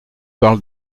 parle